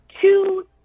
two